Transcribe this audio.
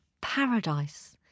paradise